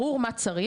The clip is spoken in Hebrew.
ברור מה צריך.